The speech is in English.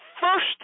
first